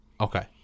Okay